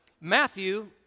Matthew